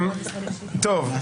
טוב.